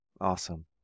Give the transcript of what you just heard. Awesome